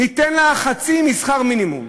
ניתן לה חצי משכר מינימום,